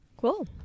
Cool